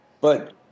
but-